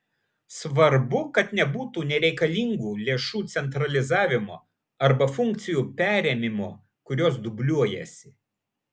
svarbu kad nebūtų nereikalingo lėšų centralizavimo arba funkcijų perėmimo kurios dubliuojasi